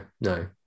no